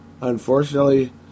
unfortunately